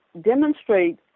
demonstrate